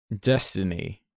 Destiny